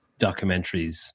documentaries